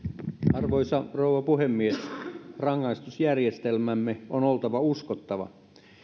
arvoisa rouva puhemies rangaistusjärjestelmämme on oltava uskottava